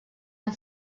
amb